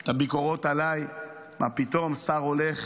את הביקורות עליי: מה פתאום שר הולך